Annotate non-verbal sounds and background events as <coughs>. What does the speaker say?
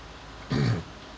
<coughs>